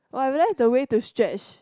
!wah! I realized the way to stretch